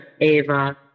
Ava